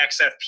XFP